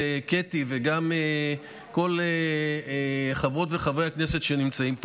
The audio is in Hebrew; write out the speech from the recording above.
וגם קטי וכל חברות וחברי הכנסת שנמצאים פה,